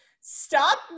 stop